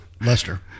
Lester